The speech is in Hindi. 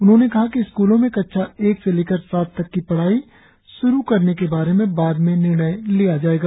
उन्होंने कहा कि स्क्लो में कक्षा एक से लेकर सात तक की पढ़ाई श्रु करने के बारे में बाद में निर्णय लिया जाएगा